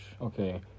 okay